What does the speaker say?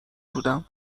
بودم